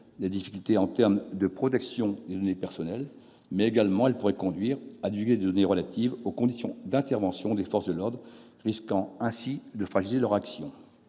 des difficultés en termes de protection des données personnelles, mais elle pourrait également conduire à divulguer des données relatives aux conditions d'intervention des forces de l'ordre, risquant alors de fragiliser leur action.